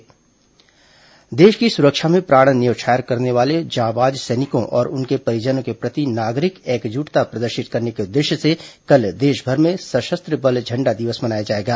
सशस्त्र बल झण्डा दिवस देश की सुरक्षा में प्राण न्यौछावर करने वाले जांबाज सैनिकों और उनके परिजनों के प्रति नागरिक एकजुटता प्रदर्शित करने के उद्देश्य से कल देशभर में सशस्त्र बल झण्डा दिवस मनाया जाएगा